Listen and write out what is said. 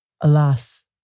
Alas